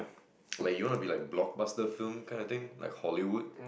like you want to be like blog master film kind of thing like Hollywood